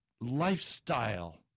lifestyle